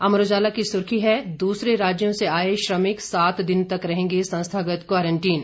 अमर उजाला की सुर्खी है दूसरे राज्यों से आए श्रमिक सात दिन तक रहेंगे संस्थागत क्वारंटीन